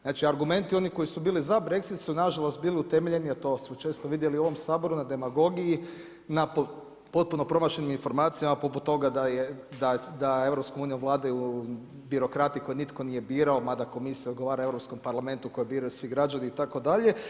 Znači argumenti onih koji su bili za Brexit su nažalost bili utemeljeni a to smo često vidjeli u ovom Saboru na demagogiji, na potpuno promašenim informacijama poput toga da EU vladaju birokrati koje nitko nije birao mada Komisija odgovara Europskom parlamentu kojeg biraju svi građani itd.